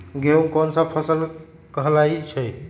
गेहूँ कोन सा फसल कहलाई छई?